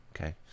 Okay